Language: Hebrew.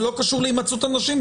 זה לא קשור להימצאות הנשים,